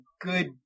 good